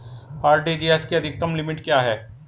RTGS की अधिकतम limit क्या है?